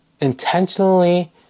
intentionally